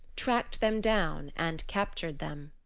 tracked them down and captured them.